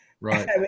Right